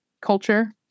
culture